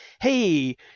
Hey